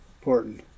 important